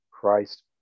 Christ